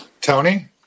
Tony